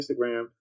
Instagram